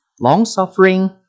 long-suffering